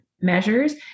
measures